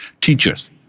teachers